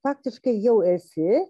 faktiškai jau esi